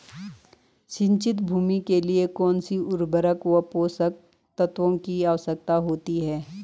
सिंचित भूमि के लिए कौन सी उर्वरक व पोषक तत्वों की आवश्यकता होती है?